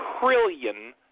trillion